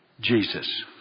Jesus